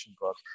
book